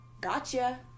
Gotcha